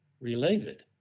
related